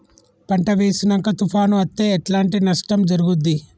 పంట వేసినంక తుఫాను అత్తే ఎట్లాంటి నష్టం జరుగుద్ది?